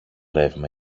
ρεύμα